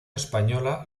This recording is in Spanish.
española